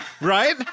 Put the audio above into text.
right